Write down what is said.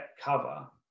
cover